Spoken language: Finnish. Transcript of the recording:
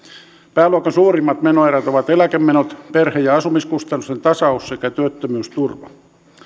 pääluokan suurimmat menoerät ovat eläkemenot perhe ja asumiskustannusten tasaus sekä työttömyysturva